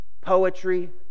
poetry